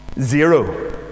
zero